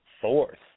fourth